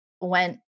went